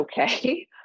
okay